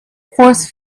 force